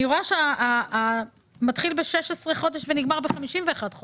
אני רואה שמשך ההליך יכול להגיע גם ל-51 חודשים.